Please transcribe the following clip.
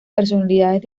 personalidades